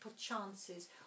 chances